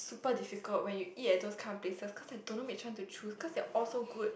super difficult when you eat at those car places cause you don't know which one to choose they are all so good